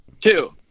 Two